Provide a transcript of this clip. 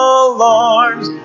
alarms